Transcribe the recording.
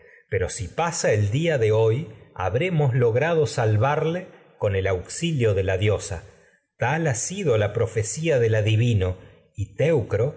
pero si pasa día de hoy habremos diosa logrado salvarle con el auxi la tal ha sido profecía con del adivino y teucro